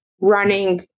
running